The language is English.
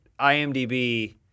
IMDb